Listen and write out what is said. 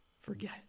forget